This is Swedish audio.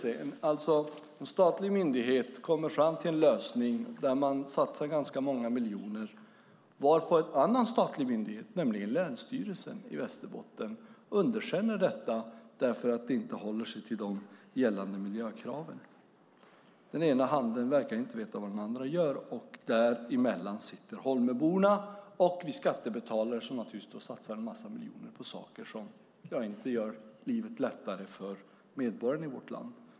En statlig myndighet kommer fram till en lösning där man satsar många miljoner, varpå en annan statlig myndighet, nämligen Länsstyrelsen i Västerbotten, underkänner den lösningen eftersom den inte håller sig till gällande miljökrav. Den ena handen vet inte vad den andra gör. Däremellan sitter Holmöborna och vi skattebetalare som satsar massor av miljoner på saker som inte gör livet lättare för medborgarna i vårt land.